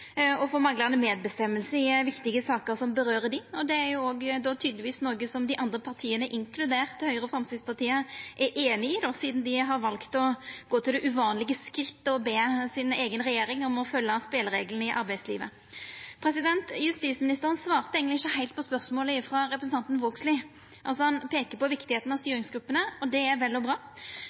og for manglande medverknad i viktige saker som vedkjem dei. Det er tydelegvis noko som dei andre partia, inkludert Høgre og Framstegspartiet, er einig i, sidan dei har valt å gå til det uvanlege skrittet å be si eiga regjering om å følgja spelereglane i arbeidslivet. Justisministeren svarte eigentleg ikkje heilt på spørsmålet frå representanten Vågslid. Han tenkjer på viktigheita av styringsgruppene, og det er vel og bra,